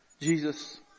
Jesus